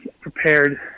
prepared